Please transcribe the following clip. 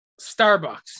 starbucks